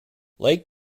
lake